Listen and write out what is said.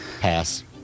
Pass